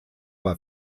bei